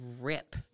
rip